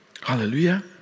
Hallelujah